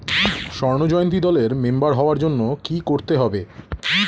স্বর্ণ জয়ন্তী দলের মেম্বার হওয়ার জন্য কি করতে হবে?